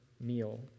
meal